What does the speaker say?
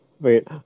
Wait